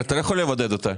אבל אתה לא יכול לבודד אותה.